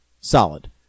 solid